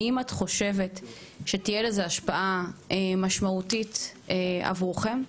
האם את חושבת שתהיה לזה השפעה משמעותית עבורכם?